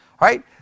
Right